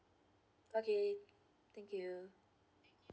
okay thank you